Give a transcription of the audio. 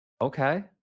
Okay